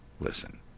Listen